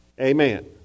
Amen